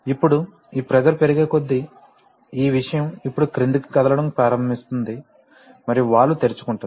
ఇప్పుడు ఈ ప్రెషర్ పెరిగేకొద్దీ ఈ విషయం ఇప్పుడు క్రిందికి కదలడం ప్రారంభిస్తుంది మరియు వాల్వ్ తెరుచుకుంటుంది